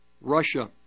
Russia